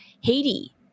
Haiti